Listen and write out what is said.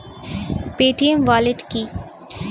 Paytm wallet কি?